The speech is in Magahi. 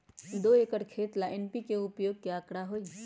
दो एकर खेत ला एन.पी.के उपयोग के का आंकड़ा होई?